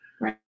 Right